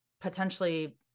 potentially